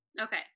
Okay